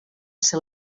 ser